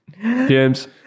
James